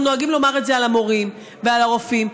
אנחנו נוהגים לומר את זה על המורים ועל הרופאים,